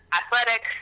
athletic